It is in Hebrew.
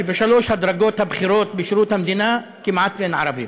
שבשלוש הדרגות הבכירות בשירות המדינה כמעט אין ערבים.